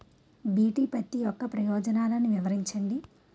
BT పత్తి యొక్క ప్రయోజనాలను వివరించండి?